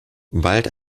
bald